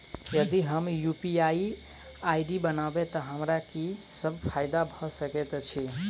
यदि हम UPI ID बनाबै तऽ हमरा की सब फायदा भऽ सकैत अछि?